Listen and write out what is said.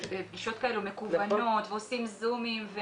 פגישות מקוונים ועושים זומים.